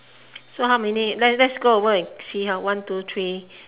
so how many let's let's go over and see how one two three